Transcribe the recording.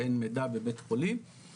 שאין מידע בבית חולים,